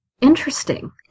Interesting